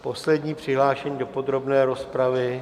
Poslední přihlášený do podrobné rozpravy.